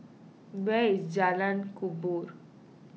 where is Jalan Kubor